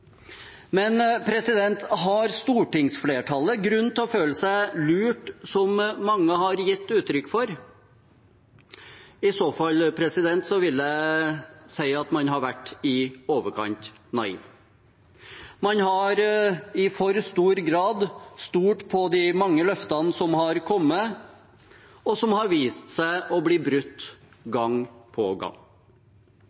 Har stortingsflertallet grunn til å føle seg lurt, som mange har gitt uttrykk for? I så fall vil jeg si at man har vært i overkant naiv. Man har i for stor grad stolt på de mange løftene som har kommet, og som har vist seg å bli brutt